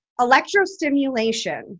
electrostimulation